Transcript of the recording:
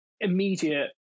immediate